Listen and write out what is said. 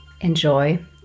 enjoy